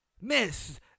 miss